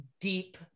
deep